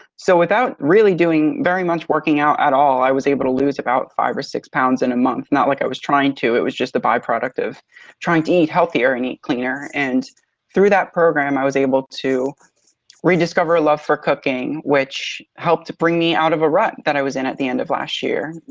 so without really doing very much working out at all i was able to lose about five or six pounds in a month. not like i was trying to, it was just a byproduct of trying to eat healthier and eat cleaner. and through that program i was able to rediscover a love for cooking, which helped bring me out of a rut that i was in at the end of last year.